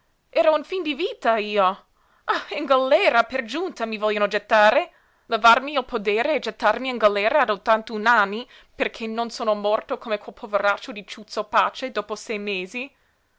ero in fin di vita io ah in galera per giunta mi vogliono gettare levarmi il podere e gettarmi in galera a ottant'un anni perché non sono morto come quel poveretto di ciuzzo pace dopo sei mesi